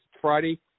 Friday